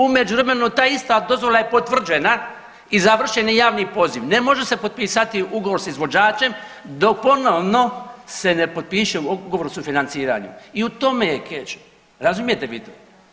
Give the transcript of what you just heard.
U međuvremenu ta ista dozvola je potvrđena i završen je javni poziv, ne može se potpisati ugovor s izvođačem dok ponovno se ne potpiše ugovor o sufinanciranju i u tome je keč, razumijete vi to?